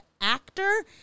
actor